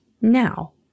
now